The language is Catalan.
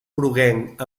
groguenc